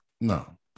No